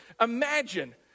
Imagine